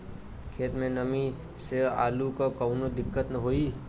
खेत मे नमी स आलू मे कऊनो दिक्कत होई?